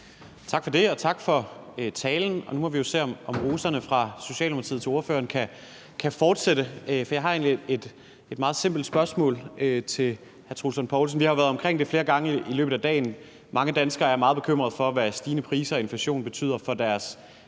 Tak for det, og tak for talen. Nu må vi jo se, om rosen fra Socialdemokratiet til ordføreren kan fortsætte, for jeg har egentlig et meget simpelt spørgsmål til hr. Troels Lund Poulsen. Vi har jo været omkring det flere gange i løbet af dagen. Mange danskere er meget bekymrede for, hvad stigende priser og inflation betyder for deres